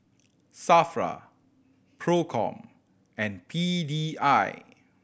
SAFRA Procom and P D I